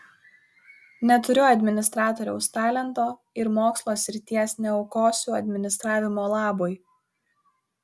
neturiu administratoriaus talento ir mokslo srities neaukosiu administravimo labui